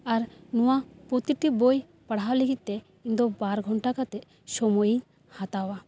ᱟᱨ ᱱᱚᱣᱟ ᱯᱨᱚᱛᱤᱴᱤ ᱵᱳᱭ ᱯᱟᱲᱦᱟᱣ ᱞᱟᱹᱜᱤᱫ ᱛᱮ ᱤᱧ ᱫᱚ ᱵᱟᱨ ᱜᱷᱚᱱᱴᱟ ᱠᱟᱛᱮ ᱥᱳᱢᱳᱭᱤᱧ ᱦᱟᱛᱟᱣᱟ